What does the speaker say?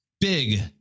Big